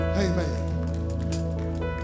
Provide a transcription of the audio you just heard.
Amen